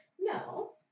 no